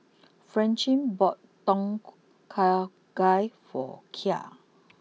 Francine bought Tom Kha Gai for Kai